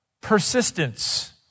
persistence